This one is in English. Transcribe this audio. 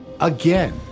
again